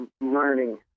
learning